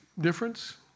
difference